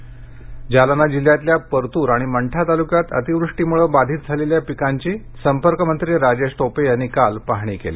पीक न्कसान पाहणी जालना जिल्ह्यातल्या परतूर आणि मंठा तालुक्यात अतिवृष्टीमुळे बाधित झालेल्या पिकांची संपर्कमंत्री राजेश टोपे यांनी काल पाहणी केली